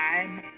time